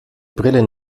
brille